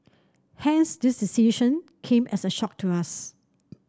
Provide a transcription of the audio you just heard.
hence this decision came as a shock to us